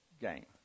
game